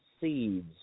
seeds